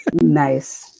nice